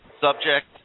subject